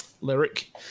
lyric